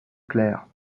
clair